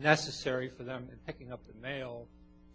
necessary for them picking up the mail